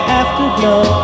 afterglow